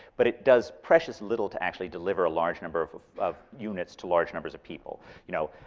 but it does precious little to actually deliver a large number of of units to large numbers of people. you know,